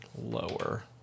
lower